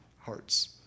hearts